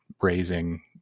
raising